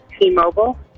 T-Mobile